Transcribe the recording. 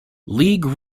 league